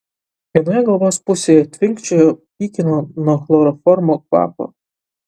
vienoje galvos pusėje tvinkčiojo pykino nuo chloroformo kvapo